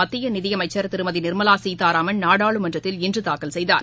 மத்திய நிதிஅமைச்சர் திருமதி நிர்மலா சீதாராமன் நாடாளுமன்றத்தில் இன்று தாக்கல் செய்தார்